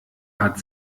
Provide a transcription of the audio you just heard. hat